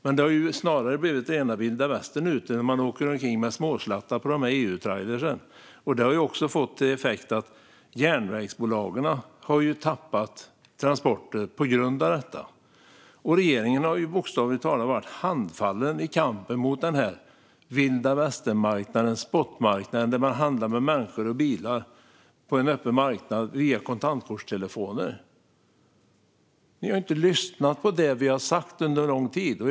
Men det har snarare blivit rena vilda västern där ute när man åker omkring med småslattar på dessa EU-trailrar. Det har också fått till effekt att järnvägsbolagen har tappat transporter på grund av detta. Regeringen har bokstavligt talat varit handfallen i kampen mot denna vilda västern-marknad - spotmarknaden - där man handlar med människor och bilar på en öppen marknad via kontantkortstelefoner. Ni har inte lyssnat på det som vi har sagt under lång tid.